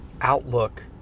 outlook